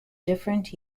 different